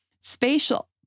Spatial